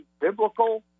biblical